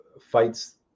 fights